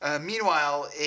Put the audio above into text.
Meanwhile